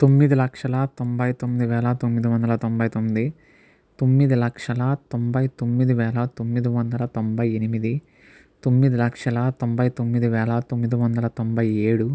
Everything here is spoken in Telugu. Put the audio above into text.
తొమ్మిదిలక్షల తొంభైతొమ్మిదివేల తొమ్మిదివందల తొంభైతొమ్మిది తొమ్మిదిలక్షల తొంభైతొమ్మిదివేల తొమ్మిదివందల తొంభైఎనిమిది తొమ్మిదిలక్షల తొంభైతొమ్మిదివేల తొమ్మిదివందల తొంభైఏడు